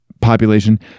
population